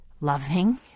loving